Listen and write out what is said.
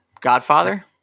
Godfather